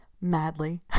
madly